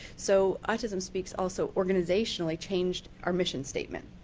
so autism speaks also organizationally, changed our mission statement.